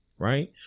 Right